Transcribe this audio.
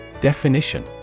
Definition